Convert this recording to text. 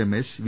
Ramesh V